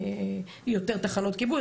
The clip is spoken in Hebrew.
ויותר תחנות כיבוי,